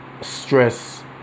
Stress